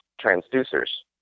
transducers